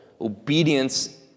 Obedience